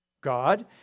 God